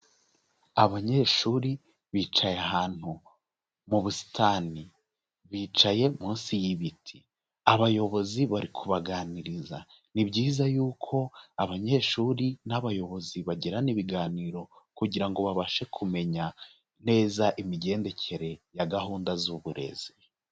Abanyeshuri bicaye ahantu mu busitani, bicaye munsi y'ibiti, abayobozi bari kubaganiriza. Ni byiza yuko abanyeshuri n'abayobozi bagirana ibiganiro kugira ngo babashe kumenya neza imigendekere ya gahunda z'uburezi.